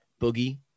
boogie